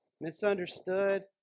misunderstood